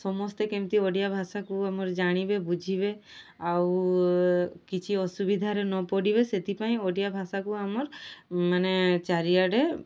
ସମସ୍ତେ କେମିତି ଓଡ଼ିଆ ଭାଷାକୁ ଆମର ଜାଣିବେ ବୁଝିବେ ଆଉ କିଛି ଅସୁବିଧାରେ ନ ପଡ଼ିବେ ସେଥିପାଇଁ ଓଡ଼ିଆ ଭାଷାକୁ ଆମର ମାନେ ଚାରିଆଡ଼େ